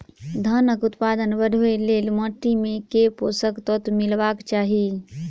धानक उत्पादन बढ़ाबै लेल माटि मे केँ पोसक तत्व मिलेबाक चाहि?